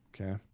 okay